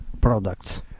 products